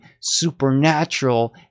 supernatural